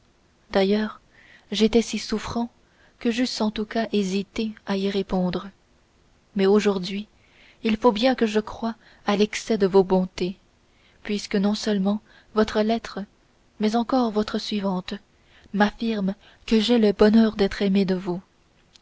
d'ailleurs j'étais si souffrant que j'eusse en tout cas hésité à y répondre mais aujourd'hui il faut bien que je croie à l'excès de vos bontés puisque non seulement votre lettre mais encore votre suivante m'affirme que j'ai le bonheur d'être aimé de vous